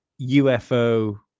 UFO